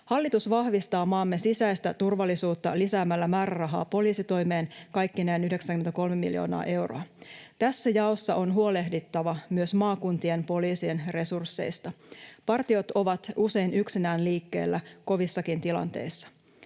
Hallitus vahvistaa maamme sisäistä turvallisuutta lisäämällä määrärahaa poliisitoimeen kaikkineen 93 miljoonaa euroa. Tässä jaossa on huolehdittava myös maakuntien poliisien resursseista; partiot ovat usein yksinään liikkeellä kovissakin tilanteissa.